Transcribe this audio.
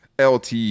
LT